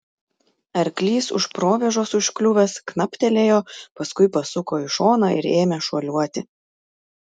arklys už provėžos užkliuvęs knaptelėjo paskui pasuko į šoną ir ėmę šuoliuoti